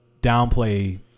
downplay